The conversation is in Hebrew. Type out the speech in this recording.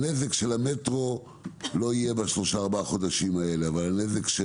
הנזק של המטרו לא יהיה בשלושה ארבעה חודשים האלה אבל הנזק של